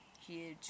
Huge